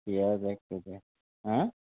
পিঁয়াজ এক কেজি হাঁ